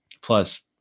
plus